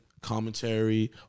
commentary